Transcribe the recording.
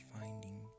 finding